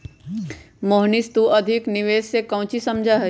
मोहनीश तू अधिक निवेश से काउची समझा ही?